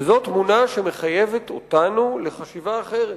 וזו תמונה שמחייבת אותנו לחשיבה אחרת.